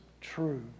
true